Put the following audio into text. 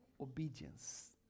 obedience